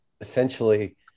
essentially